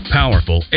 powerful